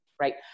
Right